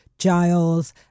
Giles